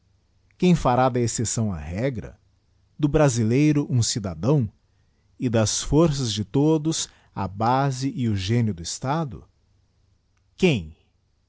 qíieni íará da excepção a regra do brasileiro um cidadão e das forças de todos a base e o génio do estado quem